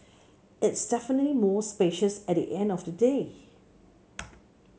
it's definite more spacious at the end of the day